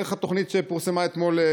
איך התוכנית שפורסמה אתמול,